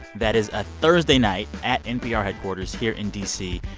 that is ah thursday night, at npr headquarters here in d c.